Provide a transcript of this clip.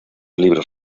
libros